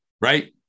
right